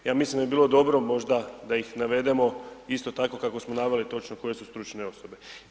Ja mislim da bi bilo dobro možda da ih navedeno, isto tako kako smo naveli točno koje su stručne osobe.